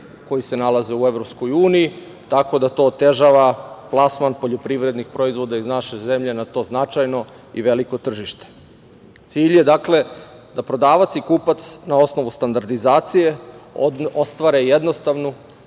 koji se nalaze u EU, tako da to otežava plasman poljoprivrednih proizvoda iz naše zemlje na to značajno i veliko tržište. Cilj je da prodavac i kupac na osnovu standardizacije ostvare jednostavnu